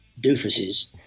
doofuses